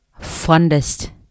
fondest